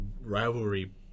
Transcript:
rivalry